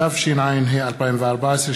התשע"ה 2014,